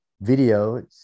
video